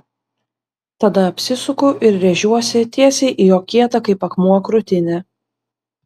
tada apsisuku ir rėžiuosi tiesiai į jo kietą kaip akmuo krūtinę